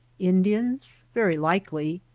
indians? very likely.